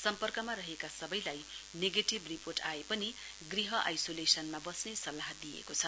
सम्पर्कमा रहेका सबैलाई नेगेटिभ रिर्पोट आए पनि गृह आइसोलेशनमा बस्ने सल्लाह दिइएको छ